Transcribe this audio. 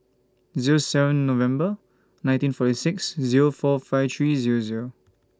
Zero seven November nineteen forty six Zero four five three Zero Zero